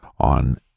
on